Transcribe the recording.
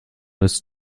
ist